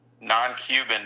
non-Cuban